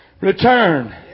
return